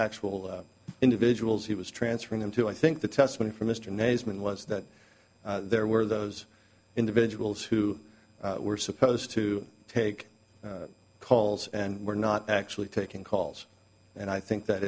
actual individuals he was transferring them to i think the testimony from mr amazement was that there were those individuals who were supposed to take calls and were not actually taking calls and i think that